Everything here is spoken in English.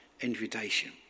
invitation